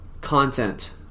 content